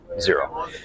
zero